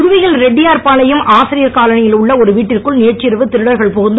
புதுவையில் ரெட்டியார்பாளையம் ஆசிரியர் காலனியில் உள்ள ஒரு வீட்டிற்குள் நேற்றிரவு திருடர்கள் புகுந்து